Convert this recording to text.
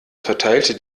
verteilte